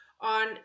on